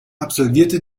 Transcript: absolvierte